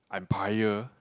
empire